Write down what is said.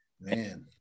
Man